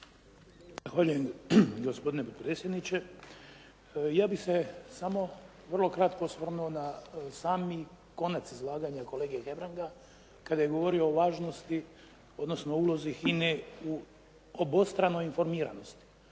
gospodine potpredsjedniče. Ja bih se samo vrlo kratko osvrnuo na sami konac izlaganja kolege Hebranga kada je govorio o važnosti, odnosno ulozi HINA-e u obostranu informiranost